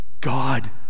God